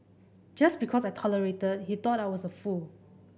just because I tolerated he thought I was a fool